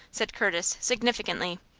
said curtis, significantly.